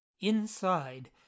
Inside